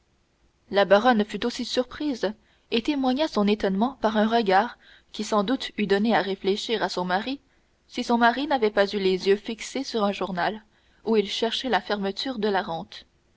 la baronne aussi fut surprise et témoigna son étonnement par un regard qui sans doute eût donné à réfléchir à son mari si son mari n'avait pas eu les yeux fixés sur un journal où il cherchait la fermeture de la rente